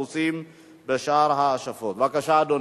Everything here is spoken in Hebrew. שמקורה ברמקולים הגדולים שמוצבים על גג הבית.